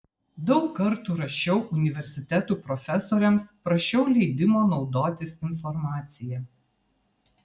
daug kartų rašiau universitetų profesoriams prašiau leidimo naudotis informacija